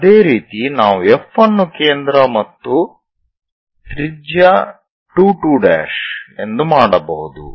ಅದೇ ರೀತಿ ನಾವು F ಅನ್ನು ಕೇಂದ್ರ ಮತ್ತು ತ್ರಿಜ್ಯ 2 ೨ ಎಂದು ಮಾಡಬಹುದು